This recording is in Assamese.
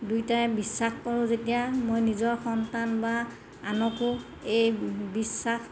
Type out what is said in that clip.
দুয়োটাই বিশ্বাস কৰোঁ যেতিয়া মই নিজৰ সন্তান বা আনকো এই বিশ্বাস